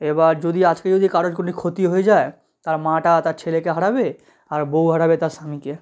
এবার যদি আজকে যদি কারোর কোনো ক্ষতি হয়ে যায় তার মা টা তার ছেলেকে হারাবে আর বউ হারাবে তার স্বামীকে